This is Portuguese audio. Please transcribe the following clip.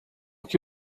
que